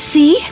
See